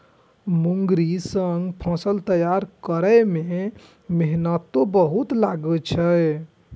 मूंगरी सं फसल तैयार करै मे मेहनतो बहुत लागै छै